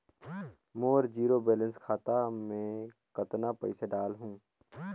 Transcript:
मोर zero balance खाता मे कतना पइसा डाल हूं?